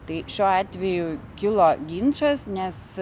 tai šiuo atveju kilo ginčas nes